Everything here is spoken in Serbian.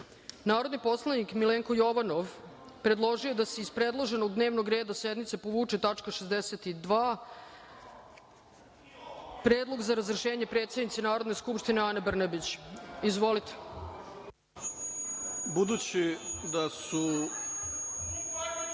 predlog. Narodni poslanik Milenko Jovanov predložio je da se iz predloženog dnevnog reda sednice povuče tačka 62. Predlog za razrešenje predsednice Narodne skupštine Ane Brnabić. Izvolite. **Milenko